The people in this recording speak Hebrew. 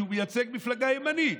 כי הוא מייצג מפלגה ימנית.